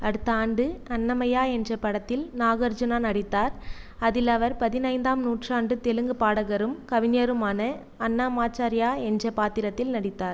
அடுத்த ஆண்டு அன்னமையா என்ற படத்தில் நாகார்ஜுனா நடித்தார் அதில் அவர் பதினைந்தாம் நூற்றாண்டுத் தெலுங்கு பாடகரும் கவிஞருமான அன்னமாச்சாரியா என்ற பாத்திரத்தில் நடித்தார்